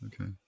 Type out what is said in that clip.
Okay